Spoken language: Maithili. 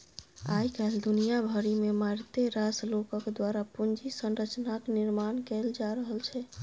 आय काल्हि दुनिया भरिमे मारिते रास लोकक द्वारा पूंजी संरचनाक निर्माण कैल जा रहल छै